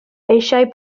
eisiau